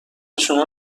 شما